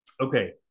Okay